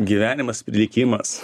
gyvenimas likimas